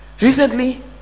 Recently